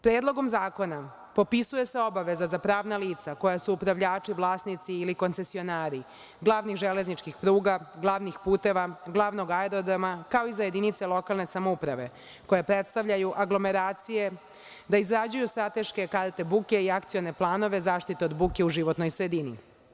Predlogom zakona popisuje se obaveza za pravna lica koja su upravljači, vlasnici ili koncesionari glavnih železničkih pruga, glavnih puteva, glavnog aerodroma, kao i za jedinice lokalne samouprave koje predstavljaju aglomeracije da izrađuju strateške karte buke i akcione planove za zaštitu od buke u životnoj sredini.